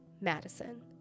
Madison